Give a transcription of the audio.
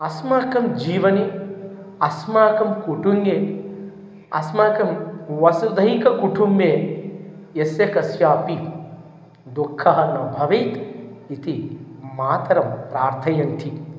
अस्माकं जीवने अस्माकं कुटुम्बे अस्माकं वसुधैविक कुटुम्बे यस्य कस्यापि दुःखं न भवेत् इति मातरं प्रार्थयन्ति